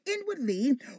inwardly